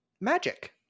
magic